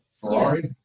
Ferrari